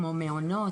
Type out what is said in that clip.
כמו מעונות.